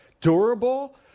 Durable